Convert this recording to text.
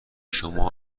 شما